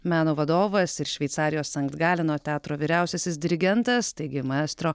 meno vadovas ir šveicarijos sankt galeno teatro vyriausiasis dirigentas taigi maestro